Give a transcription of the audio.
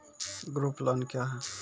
Group loan क्या है?